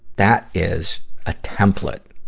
that is a template